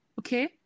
okay